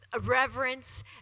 reverence